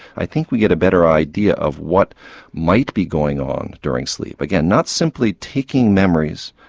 i think we get a better idea of what might be going on during sleep. again, not simply taking memories,